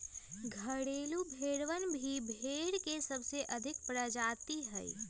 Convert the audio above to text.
घरेलू भेड़वन भी भेड़ के सबसे अधिक प्रजाति हई